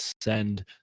send